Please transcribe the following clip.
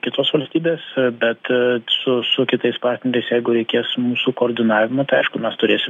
kitos valstybės bet su su kitais partneriais jeigu reikės mūsų koordinavimo tai aišku mes turėsim